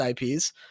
IPs